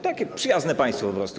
Takie przyjazne państwo po prostu.